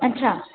अच्छा